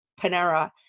panera